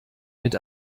mit